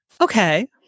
Okay